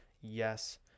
Yes